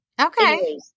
Okay